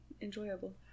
enjoyable